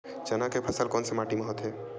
चना के फसल कोन से माटी मा होथे?